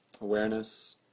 awareness